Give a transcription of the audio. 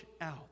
out